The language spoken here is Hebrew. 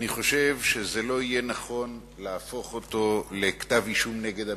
אני חושב שזה לא יהיה נכון להפוך אותו לכתב אישום נגד הממשלה.